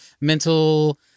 mental